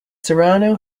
serrano